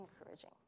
encouraging